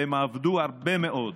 והם עבדו הרבה מאוד: